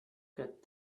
get